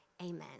amen